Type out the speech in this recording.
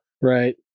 Right